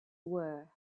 were